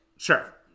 Sure